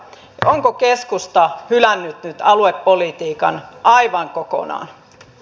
onko keskusta hylännyt nyt aluepolitiikan aivan kokonaan